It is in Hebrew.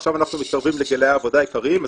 עכשיו אנחנו מתקרבים לגילאי העבודה העיקריים,